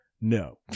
no